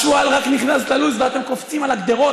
השועל רק נכנס ללול ואתם קופצים על הגדרות,